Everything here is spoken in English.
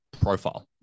profile